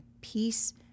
peace